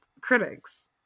critics